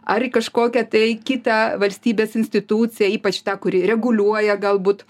ar į kažkokią tai kitą valstybės instituciją ypač tą kuri reguliuoja galbūt